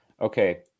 Okay